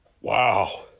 Wow